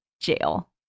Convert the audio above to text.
jail